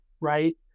right